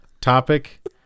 topic